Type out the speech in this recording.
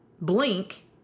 Blink